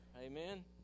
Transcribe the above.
Amen